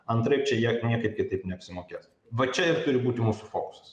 antraip čia jie niekaip kitaip neapsimokės va čia ir turi būti mūsų fokusas